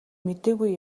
мэдээгүй